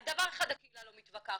על דבר אחד הקהילה לא מתווכחת,